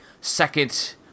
second